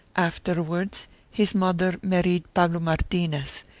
afterwards his mother married pablo martinez,